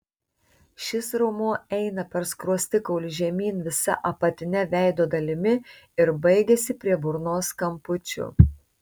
šis raumuo eina per skruostikaulį žemyn visa apatine veido dalimi ir baigiasi prie burnos kampučių